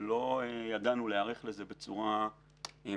ולא ידענו להיערך לזה בצורה מתוכננת.